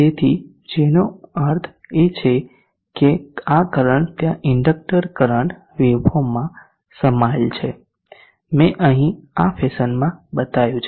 તેથી જેનો અર્થ છે કે આ કરંટ ત્યાં ઇન્ડકટર કરંટ વેવફોર્મમાં સમાયેલ છે મેં અહીં આ ફેશનમાં બતાવ્યું છે